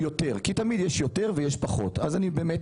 כי תמיד יש יותר ויש פחות אז אני תמיד